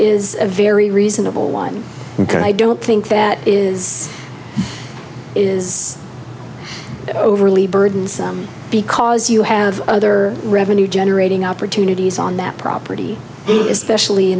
is a very reasonable one and i don't think that is is overly burdensome because you have other revenue generating opportunities on that property he is specially